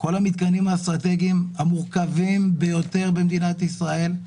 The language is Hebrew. כל המתקנים האסטרטגיים המורכבים ביותר במדינת ישראל.